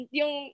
yung